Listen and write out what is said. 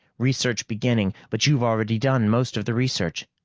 research beginning. but you've already done most of the research.